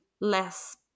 less